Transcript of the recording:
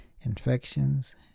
infections